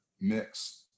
mix